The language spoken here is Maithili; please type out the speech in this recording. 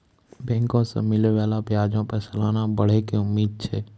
बैंको से मिलै बाला ब्याजो पे सलाना बढ़ै के उम्मीद छै